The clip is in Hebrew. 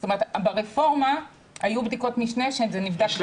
זאת אומרת, ברפורמה היו בדיקות משנה וזה נבדק.